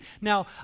Now